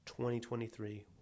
2023